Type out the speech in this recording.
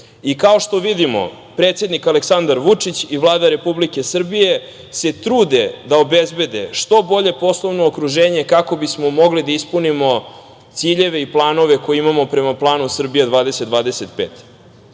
što vidimo, predsednik Aleksandar Vučić i Vlada Republike Srbije, se trude da obezbede što bolje poslovno okruženje kako bismo mogli da ispunimo ciljeve i planove koje imamo prema planu Srbija 2025.